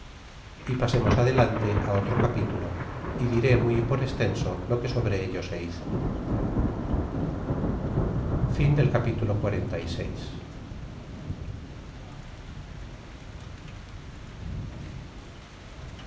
y pasemos adelante otro capítulo y diré muy por extenso lo que sobre ello se hizo capitulo xlvii